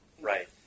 Right